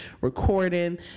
recording